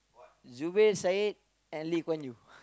Zubir Said and Lee Kuan Yew